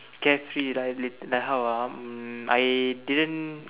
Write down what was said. carefree right li~ like how are ah um I didn't